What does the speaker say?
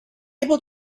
able